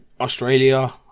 Australia